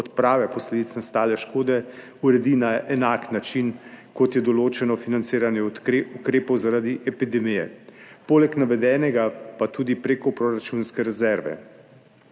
odprave posledic nastale škode uredi na enak način, kot je določeno financiranje ukrepov zaradi epidemije, poleg navedenega pa tudi prek proračunske rezerve.